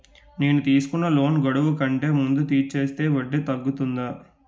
నేను తీసుకున్న లోన్ గడువు కంటే ముందే తీర్చేస్తే వడ్డీ తగ్గుతుందా?